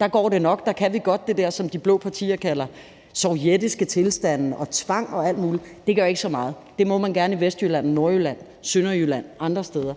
de unge, og der kan vi godt acceptere det der, som de blå partier kalder sovjetiske tilstande og tvang og alt muligt. Det gør ikke så meget; det må man gerne i Vestjylland, Nordjylland, Sønderjylland og andre steder,